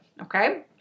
okay